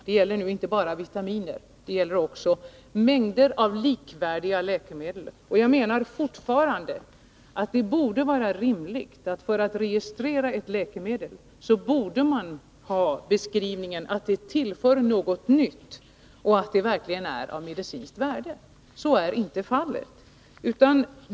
Det gäller inte bara vitaminer, det gäller också mängder av likvärdiga läkemedel. Och jag menar fortfarande att det borde vara rimligt att det för registrering av ett läkemedel borde krävas att det är dokumenterat att läkemedlet tillför något nytt och verkligen är av medicinskt värde. Så är inte fallet nu.